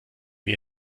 wir